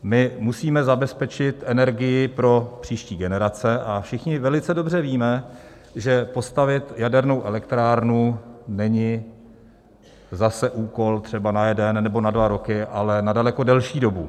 My musíme zabezpečit energii pro příští generace a všichni velice dobře víme, že postavit jadernou elektrárnu není úkol třeba na jeden nebo na dva roky, ale na daleko delší dobu.